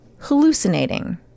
hallucinating